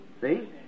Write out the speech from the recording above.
See